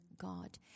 God